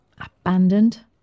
abandoned